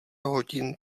hodin